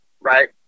right